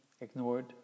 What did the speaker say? ignored